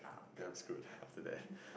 damn I'm screw after that